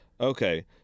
Okay